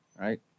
right